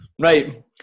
right